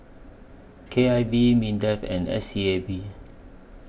K I V Mindef and S E A B